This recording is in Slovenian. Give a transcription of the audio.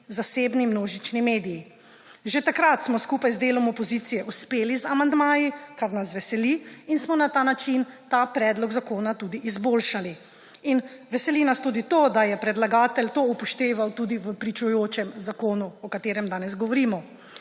zasebni množični mediji. Že takrat smo skupaj z delom opozicije uspeli z amandmaji, kar nas veseli, in smo na ta način ta predlog zakona tudi izboljšali. Veseli nas tudi to, da je predlagatelj to upošteval tudi v pričujočem zakonu, o katerem danes govorimo.